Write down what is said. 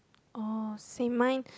oh same mine is